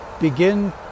begin